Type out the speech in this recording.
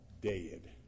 Dead